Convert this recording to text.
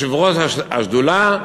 יושב-ראש השדולה,